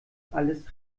alles